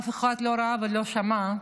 אף אחד לא ראה ולא שמע,